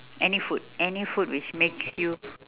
any food any food which makes you